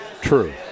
True